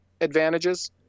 advantages